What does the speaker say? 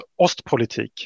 Ostpolitik